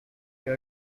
you